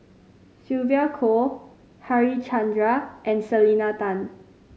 Sylvia Kho Harichandra and Selena Tan